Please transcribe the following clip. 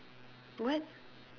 what